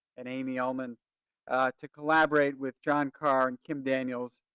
and amy omen to collaborate with john carr and kim daniels,